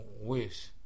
Wish